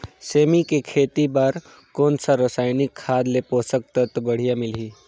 सेमी के खेती बार कोन सा रसायनिक खाद ले पोषक तत्व बढ़िया मिलही?